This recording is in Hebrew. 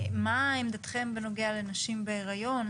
מה עמדתכם בנוגע לנשים בהיריון,